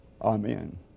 Amen